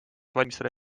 valmistada